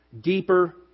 Deeper